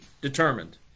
determined